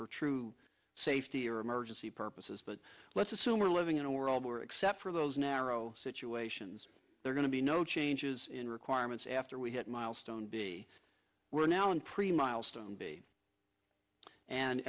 for true safety or emergency purposes but let's assume we're living in a world where except for those narrow situations they're going to be no changes in requirements after we had milestone be we're now in pre milestone b